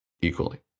equally